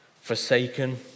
Forsaken